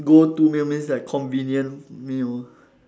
go to meal means like convenient meal